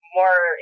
more